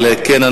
כן.